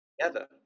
together